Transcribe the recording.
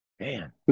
Man